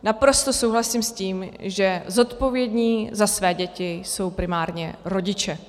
Naprosto souhlasím s tím, že zodpovědní za své děti jsou primárně rodiče.